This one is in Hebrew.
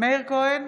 מאיר כהן,